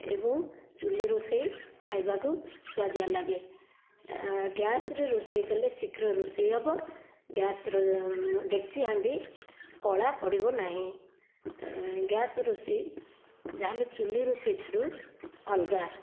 ଏବଂ ଚୁଲି ରୋଷେଇ ଖାଇବାକୁ ସୁଆଦିଆ ଲାଗେ ଗ୍ୟାସ୍ରେ ରୋଷେଇ କଲେ ଶୀଘ୍ର ରୋଷେଇ ହେବ ଗ୍ୟାସ୍ର ଡେକ୍ଚି ହାଣ୍ଡି କଳା ପଡ଼ିବ ନାହିଁ ଗ୍ୟାସ୍ ରୋଷେଇ ଯାହା ହେଲେ ଚୁଲି ରୋଷେଇ ଠାରୁ ଅଲଗା